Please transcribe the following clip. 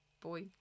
Boy